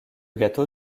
gâteau